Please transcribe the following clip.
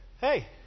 Hey